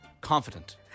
confident